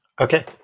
okay